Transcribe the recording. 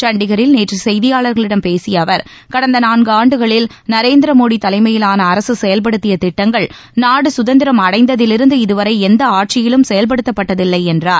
சண்டிகரில் நேற்று செய்தியாளர்களிடம் பேசிய அவர் கடந்த நான்காண்டுகளில் நரேந்திர மோடி தலைமையிலான அரசு செயல்படுத்திய திட்டங்கள் நாடு சுதந்திரம் அடைந்ததிலிருந்து இதுவரை எந்த ஆட்சியிலும் செயல்படுத்தப்பட்டதில்லை என்றார்